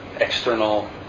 external